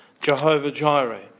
Jehovah-Jireh